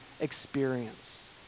experience